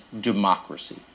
democracy